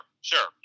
sure